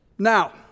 Now